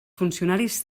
funcionaris